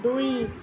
ଦୁଇ